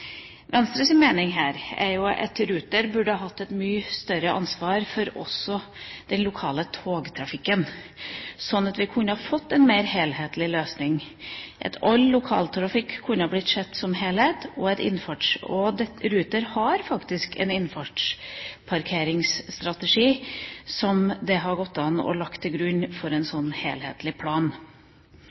mening er at Ruter burde hatt et mye større ansvar også for den lokale togtrafikken, slik at vi kunne fått en mer helhetlig løsning, og at all lokaltrafikk kunne blitt sett på som en helhet. Ruter har faktisk en innfartsparkeringsstrategi som det hadde gått an å legge til grunn for en slik helhetlig plan.